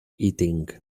eating